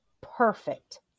Perfect